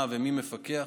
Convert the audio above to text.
מה ומי מפקח.